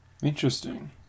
Interesting